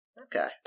Okay